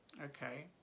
okay